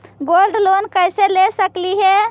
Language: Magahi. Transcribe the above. गोल्ड लोन कैसे ले सकली हे?